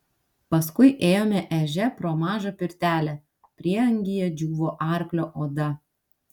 paskui ėjome ežia pro mažą pirtelę prieangyje džiūvo arklio oda